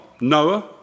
Noah